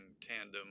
tandem